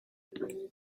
little